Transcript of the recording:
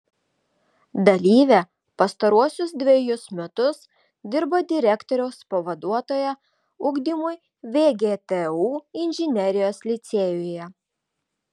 dalyvė pastaruosius dvejus metus dirbo direktoriaus pavaduotoja ugdymui vgtu inžinerijos licėjuje